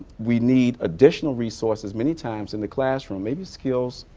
we need additional resources many times in the classroom. maybe skills,